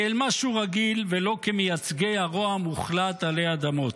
כאל משהו רגיל ולא כמייצגי הרוע המוחלט עלי אדמות.